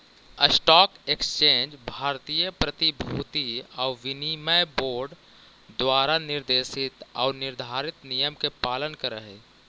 stock exchange भारतीय प्रतिभूति आउ विनिमय बोर्ड द्वारा निर्देशित आऊ निर्धारित नियम के पालन करऽ हइ